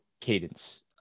cadence